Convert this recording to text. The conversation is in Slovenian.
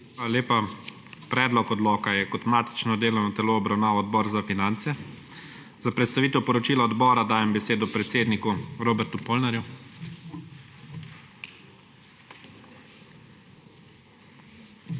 lepa. Predlog odloka je kot matično delovno telo obravnaval Odbor za finance. Za predstavitev poročila odbora dajem besedo predsedniku Robertu Polnarju.